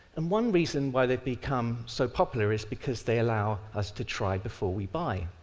and one reason why they've become so popular is because they allow us to try before we buy.